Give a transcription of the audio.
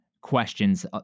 questions